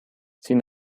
sin